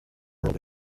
world